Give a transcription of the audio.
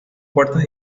puertas